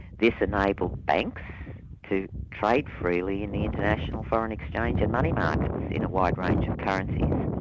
this enabled banks to trade freely in the international foreign exchange and money markets in a wide range of currencies.